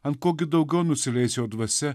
ant ko gi daugiau nusileis jo dvasia